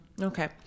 Okay